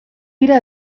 dira